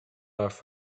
off